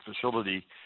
facility